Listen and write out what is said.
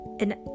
and